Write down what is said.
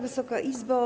Wysoka Izbo!